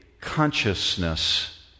consciousness